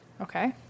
okay